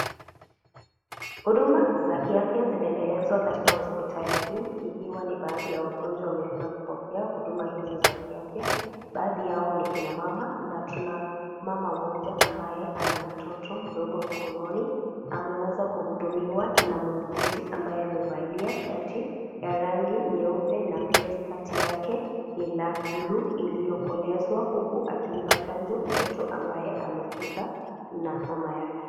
Huduma za kiafya zinaendelezwa katika hospitali hii. Ikiwa ni baadhi ya wagonjwa wamefika kupokea huduma hizo za kiafya. Baadhi yao ni kina mama. Na tuna mama mmoja ambaye ana mtoto mdogo mkononi. Ameweza kuhudumiwa na muuguzi ambaye amevalia shati ya rangi nyeupe na pia skati lake ni la buluu iliyokolezwa. Huku akimpa chanjo mtoto ambaye amefika na mama yake.